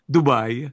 Dubai